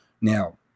Now